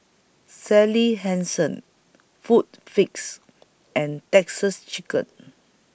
Sally Hansen Food Fix and Texas Chicken